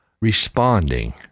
responding